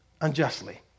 unjustly